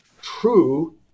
True